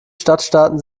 stadtstaaten